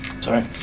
Sorry